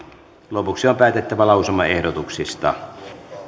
lopuksi on päätettävä lausumaehdotuksista